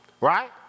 right